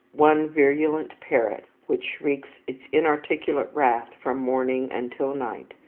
one virulent parrot which shrieks its inarticulate wrath from morning until night,